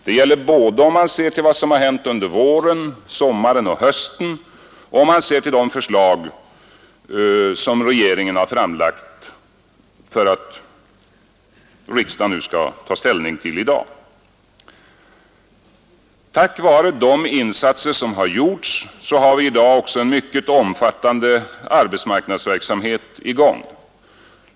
Det gäller både om man ser till vad som har hänt under våren, sommaren och hösten och om man ser till de regeringsförslag som riksdagen skall ta ställning till i dag. Tack vare de insatser som har gjorts har vi i dag också en mycket omfattande arbetsmarknadsverksamhet i gång.